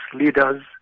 leaders